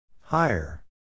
Higher